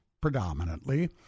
predominantly